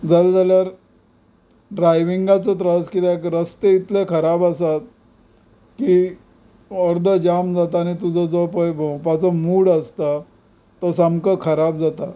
जालें जाल्यार ड्रायविंगाचो त्रास कित्याक रस्ते इतले खराब आसात की अर्दो जाम जाता आनी तुजो जो पळय भोंवपाचो मूड आसता तो सामको खराब जाता